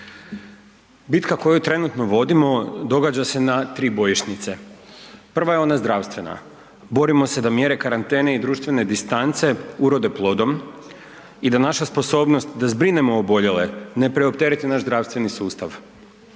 Bitka koju trenutno vodimo događa se na tri bojišnice. Prva je ona zdravstvena. Borimo se da mjere karantene i društvene distance urode plodom i da naša sposobnost da zbrinemo oboljele ne preoptereti naš zdravstveni sustav.